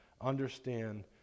understand